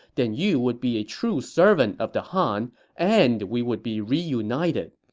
then you would be a true servant of the han and we would be reunited.